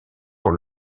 pour